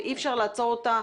ואי אפשר לעצור אותה.